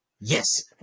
yes